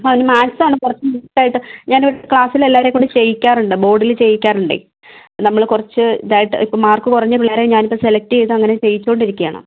അവന് മാത്സ് ആണ് കുറച്ച് ബുദ്ധിമുട്ടായിട്ട് ഞാൻ ക്ലാസ്സിൽ എല്ലാവരെ കൊണ്ടും ചെയ്യിക്കാറുണ്ട് ബോർഡിൽ ചെയ്യിക്കാറുണ്ടേ നമ്മൾ കുറച്ച് ഇതായിട്ട് ഇപ്പോൾ മാർക്ക് കുറഞ്ഞ പിള്ളേരെ ഞാനിപ്പോൾ സെലക്റ്റ് ചെയ്ത് അങ്ങനെ ചെയ്യിച്ചു കൊണ്ടിരിക്കുകയാണ്